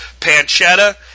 pancetta